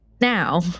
now